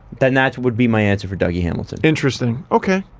then that would be my answer for dougie hamilton. interesting. okay?